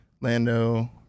Lando